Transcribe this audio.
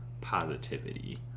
positivity